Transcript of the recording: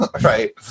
right